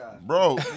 Bro